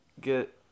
get